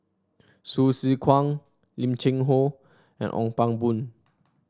Hsu Tse Kwang Lim Cheng Hoe and Ong Pang Boon